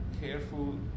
careful